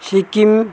Sikkim